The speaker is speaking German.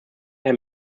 herr